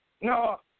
No